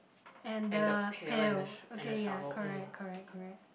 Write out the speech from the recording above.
and the pail okay ya correct correct correct